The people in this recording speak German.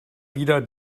wieder